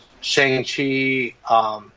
Shang-Chi